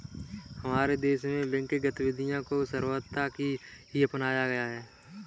हमारे देश में बैंकिंग गतिविधियां को सर्वथा ही अपनाया गया है